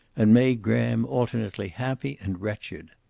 and made graham alternately happy and wretched.